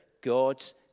God's